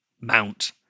mount